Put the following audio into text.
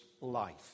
life